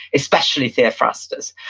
especially theophrastus.